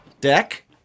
deck